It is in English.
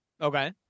Okay